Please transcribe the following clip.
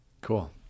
Cool